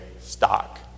stock